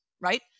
right